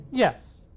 Yes